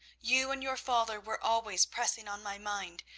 you and your father were always pressing on my mind,